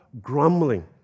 grumbling